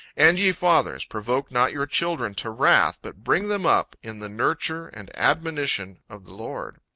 and ye fathers, provoke not your children to wrath, but bring them up in the nurture and admonition of the lord.